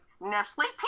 Nestle